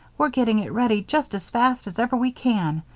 we're getting it ready just as fast as ever we can.